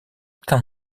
kan